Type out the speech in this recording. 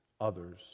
others